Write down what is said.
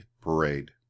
parade